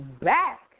back